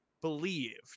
believed